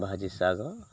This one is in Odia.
ଭାଜି ଶାଗ